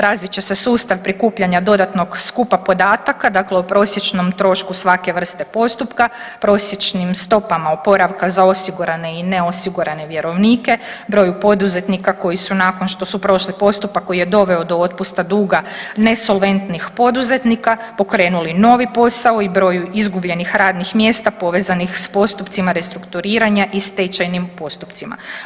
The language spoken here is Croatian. Razvit će se sustav prikupljanja dodatnog skupa podataka, dakle o prosječnom trošku svake vrste postupka, prosječnim stopama oporavka za osigurane i neosigurane vjerovnike, broju poduzetnika nakon što su prošli postupak koji je doveo do otpusta duga nesolventnih poduzetnika pokrenuli novi posao i broj povezanih radnih mjesta povezanih s postupcima restrukturiranja i stečajnim postupcima.